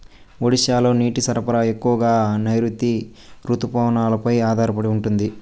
ఒడిశాలో నీటి సరఫరా ఎక్కువగా నైరుతి రుతుపవనాలపై ఆధారపడి ఉంటుంది